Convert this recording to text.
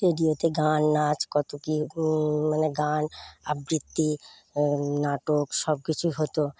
রেডিয়োতে গান নাচ কত কি মানে গান আবৃত্তি নাটক সবকিছুই হত